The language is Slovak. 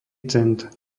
cent